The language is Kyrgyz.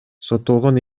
соттолгон